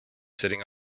sitting